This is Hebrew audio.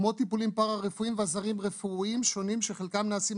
כמו טיפולים פרארפואיים ועזרים רפואיים שונים שנחלקם נצרכים